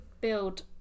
build